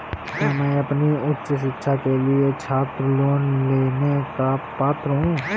क्या मैं अपनी उच्च शिक्षा के लिए छात्र लोन लेने का पात्र हूँ?